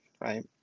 right